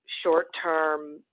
short-term